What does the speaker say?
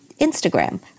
Instagram